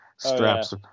straps